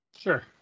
Sure